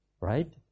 Right